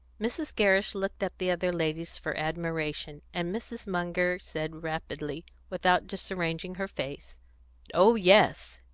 mrs. gerrish looked at the other ladies for admiration, and mrs. munger said, rapidly, without disarranging her face oh yes.